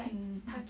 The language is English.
mm